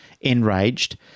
enraged